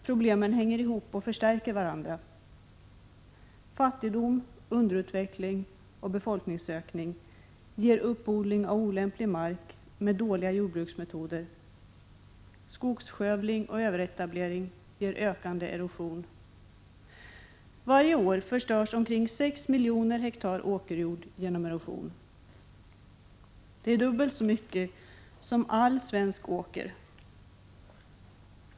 Problemen hänger alltså ihop och förstärker varandra. Fattigdom, underutveckling och befolkningsökning ger uppodling av olämplig mark med dåliga jordbruksmetoder. Skogsskövling och överetablering ger ökande erosion. Varje år förstörs omkring sex miljoner hektar åkerjord genom erosion. Det är dubbelt så mycket som all åker i Sverige.